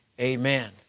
Amen